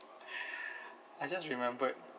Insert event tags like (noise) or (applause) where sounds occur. (breath) I just remembered